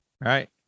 Right